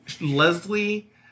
Leslie